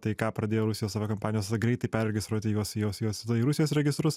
tai ką pradėjo rusija aviakompanijos greitai perregistruoti juos juos juos tada į rusijos registrus